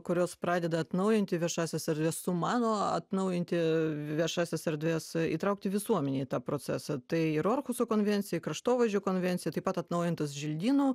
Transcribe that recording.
kurios pradeda atnaujinti viešąsias erdves sumano atnaujinti viešąsias erdves įtraukti visuomenę į tą procesą tai ir orkuso konvencija kraštovaizdžio konvencija taip pat atnaujintas želdynų